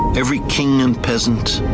every king and pheasant,